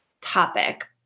topic